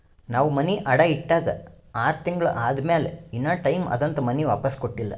ನಾವ್ ಮನಿ ಅಡಾ ಇಟ್ಟಾಗ ಆರ್ ತಿಂಗುಳ ಆದಮ್ಯಾಲ ಇನಾ ಟೈಮ್ ಅದಂತ್ ಮನಿ ವಾಪಿಸ್ ಕೊಟ್ಟಿಲ್ಲ